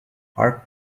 hark